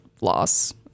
loss